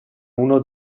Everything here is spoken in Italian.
uno